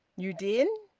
you did?